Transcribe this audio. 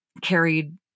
carried